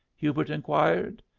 hubert inquired.